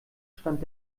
stand